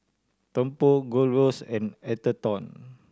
Tempur Gold Roast and Atherton